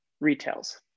retails